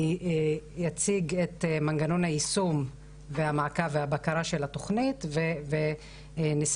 אני אציג את מנגנון היישום והמעקב והבקרה של התוכנית ונסיים